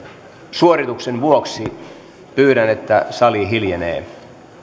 suorituksenne vuoksi pyydän että sali hiljenee